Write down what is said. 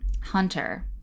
Hunter